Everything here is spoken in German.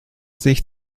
sich